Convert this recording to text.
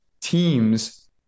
teams